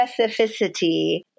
specificity